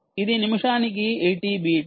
ఇది నిమిషానికి 80 బీట్స్